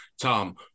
Tom